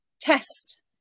test